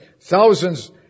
thousands